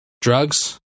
Drugs